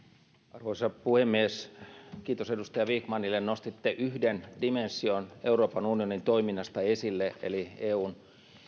arvoisa puhemies kiitos edustaja vikmanille nostitte yhden dimension euroopan unionin toiminnasta esille eli eun